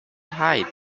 hide